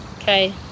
Okay